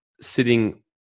sitting